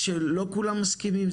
זה שלא כולם מסכימים.